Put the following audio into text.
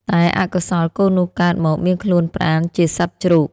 តែអកុសលកូននោះកើតមកមានខ្លួនប្រាណជាសត្វជ្រូក។